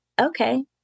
Okay